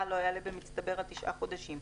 כפי שגם היושב-ראש אמר בדיונים הקודמים,